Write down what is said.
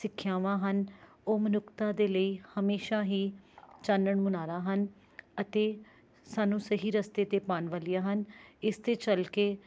ਸਿੱਖਿਆਵਾਂ ਹਨ ਉਹ ਮਨੁੱਖਤਾ ਦੇ ਲਈ ਹਮੇਸ਼ਾ ਹੀ ਚਾਨਣ ਮੁਨਾਰਾ ਹਨ ਅਤੇ ਸਾਨੂੰ ਸਹੀ ਰਸਤੇ 'ਤੇ ਪਾਉਣ ਵਾਲੀਆਂ ਹਨ ਇਸ 'ਤੇ ਚੱਲ ਕੇ